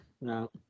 no